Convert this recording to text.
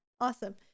Awesome